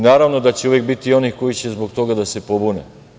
Naravno da će uvek biti onih koji će zbog toga da se pobune.